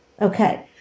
Okay